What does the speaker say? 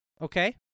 Okay